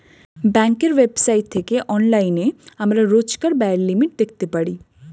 ব্যাঙ্কের ওয়েবসাইট থেকে অনলাইনে আমরা রোজকার ব্যায়ের লিমিট দেখতে পারি